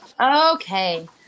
Okay